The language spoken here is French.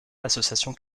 l’association